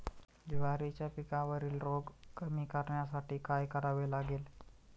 ज्वारीच्या पिकावरील रोग कमी करण्यासाठी काय करावे लागेल?